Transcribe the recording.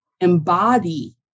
embody